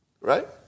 Right